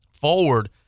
forward